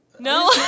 no